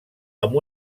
amb